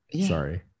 Sorry